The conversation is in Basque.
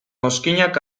mozkinak